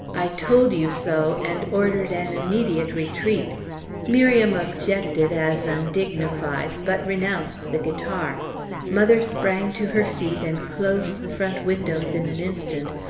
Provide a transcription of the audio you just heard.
i told you so! and ordered an immediate retreat miriam objected, as undignified, but renounced the guitar mother sprang to her feet, and closed the front windows in an instant,